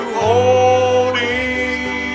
holding